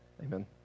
Amen